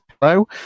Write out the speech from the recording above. hello